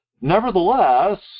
nevertheless